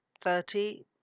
thirty